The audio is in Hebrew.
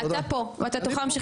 אתה פה ואתה תוכל להמשיך